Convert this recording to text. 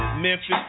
Memphis